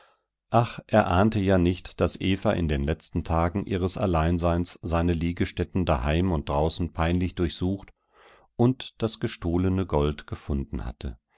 ach er ahnte ja nicht daß eva in den letzten tagen ihres alleinseins seine liegestätten daheim und draußen peinlich durchsucht und das gestohlene gold gefunden hatte